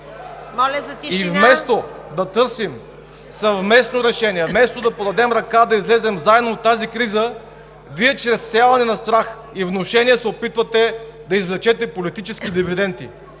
Вместо да търсим съвместно решение, вместо да подадем ръка да излезем заедно от тази криза, чрез всяване на страх и внушение Вие се опитвате да извлечете политически дивиденти.